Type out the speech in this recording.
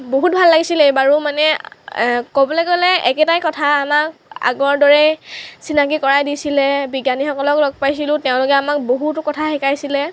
বহুত ভাল লাগিছিল এইবাৰো মানে ক'বলৈ গ'লে একেটাই কথা আমাক আগৰ দৰেই চিনাকি কৰাই দিছিলে বিজ্ঞানীসকলক লগ পাইছিলোঁ তেওঁলোকে আমাক বহুতো কথা শিকাইছিলে